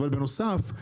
אבל בנוסף,